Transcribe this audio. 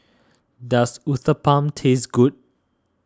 does Uthapam taste good